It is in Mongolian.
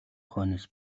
хойноос